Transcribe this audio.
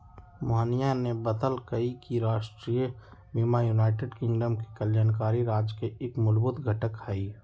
मोहिनीया ने बतल कई कि राष्ट्रीय बीमा यूनाइटेड किंगडम में कल्याणकारी राज्य के एक मूलभूत घटक हई